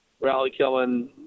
rally-killing